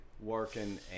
Working